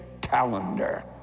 calendar